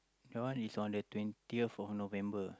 that one is on the twentieth of November